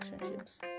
relationships